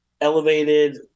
elevated